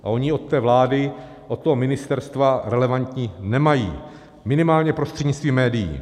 A oni ji od té vlády, od toho ministerstva relevantní nemají, minimálně prostřednictvím médií.